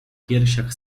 piersiach